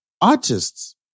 Artists